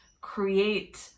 create